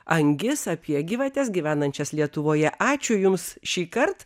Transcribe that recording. angis apie gyvates gyvenančias lietuvoje ačiū jums šįkart